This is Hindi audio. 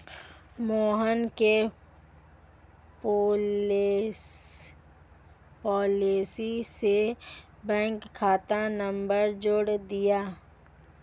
मोहन के पॉलिसी से बैंक खाता नंबर जोड़ दीजिए